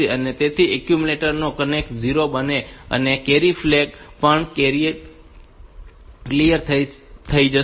તેથી એક્યુમ્યુલેટર નો કન્ટેન્ટ 0 બનશે અને કેરી ફ્લેગ પણ ક્લિયર થઈ જશે